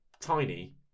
tiny